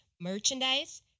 merchandise